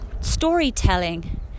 storytelling